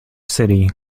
city